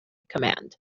command